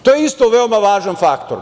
To je isto veoma važan faktor.